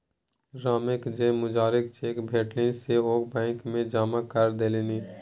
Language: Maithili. रामकेँ जे मजूरीक चेक भेटलनि से ओ बैंक मे जमा करा देलनि